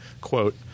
quote